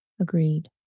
Agreed